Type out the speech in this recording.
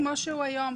כמו שהוא היום.